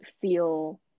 feel